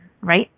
right